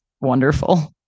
wonderful